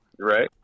right